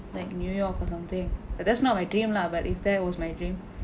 like new york or something but that's not my dream lah but if that was my dream